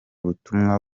ubutumwa